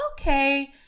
okay